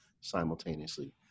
simultaneously